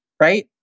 Right